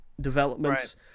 developments